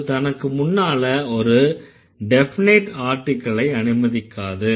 அது தனக்கு முன்னால ஒரு டெஃபினைட் ஆர்ட்டிகளை அனுமதிக்காது